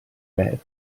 mehed